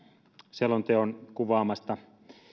selonteon kuvaamasta